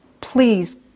please